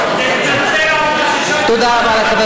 תתנצל על מה ששי פירון עשה.